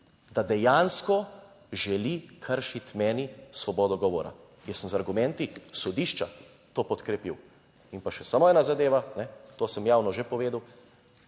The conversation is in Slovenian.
da dejansko želi kršiti meni svobodo govora. Jaz sem z argumenti sodišča to podkrepil. In pa še samo ena zadeva, ne, to sem javno že povedal,